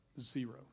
Zero